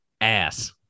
Ass